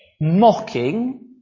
Mocking